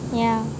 yeah